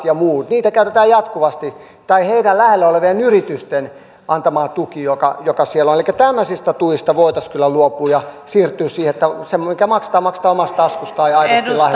ja muusta niitä käytetään jatkuvasti tai heitä lähellä olevien yritysten antamasta tuesta jota siellä on elikkä tämmöisistä tuista voitaisiin kyllä luopua ja siirtyä siihen että se mikä maksetaan maksetaan omasta taskusta